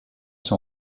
son